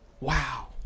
wow